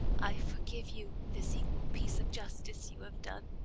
i forgive you this equal piece of justice you have done